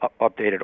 updated